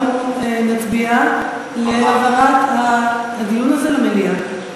אנחנו נצביע על העברת הדיון הזה למליאה.